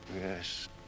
Yes